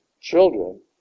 children